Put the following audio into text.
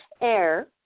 air